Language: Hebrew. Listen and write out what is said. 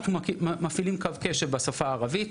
אנחנו מפעילים קו קשב בשפה הערבית,